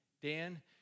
Dan